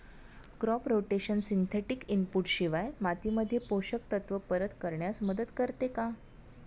Crop rotation synthetic input शिवाय मातीमध्ये पोषक तत्त्व परत करण्यास मदत करते का?